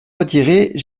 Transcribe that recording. retirés